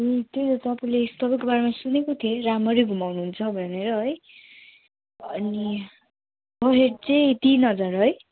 ए त्यही त तपाईँले तपाईँको बारेमा सुनेको थिएँ रामरी घुमाउनु हुन्छ भनेर है अनि उयो चाहिँ तिन हजार है